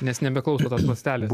nes nebeklauso tos ląstelės